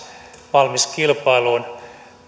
valmis kilpailuun